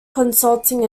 consulting